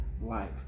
life